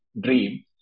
dream